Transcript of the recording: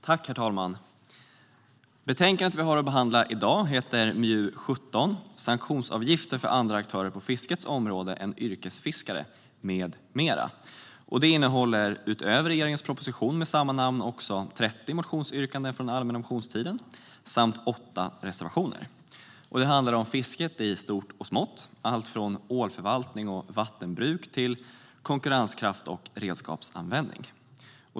Herr talman! Betänkandet vi har att behandla i dag heter MJU17 och har rubriken Sanktionsavgifter för andra aktörer på fiskets område än yrkesfiskare m.m. . Det innehåller utöver regeringens proposition med samma namn också 30 motionsyrkanden från den allmänna motionstiden samt åtta reservationer. Det handlar om fisket i stort och smått - allt från ålförvaltning och vattenbruk till konkurrenskraft och redskapsanvändning.